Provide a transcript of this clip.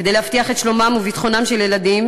כדי להבטיח את שלומם וביטחונם של ילדים